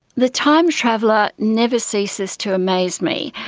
the time traveller never ceases to amaze me.